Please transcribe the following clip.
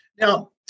Now